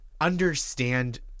understand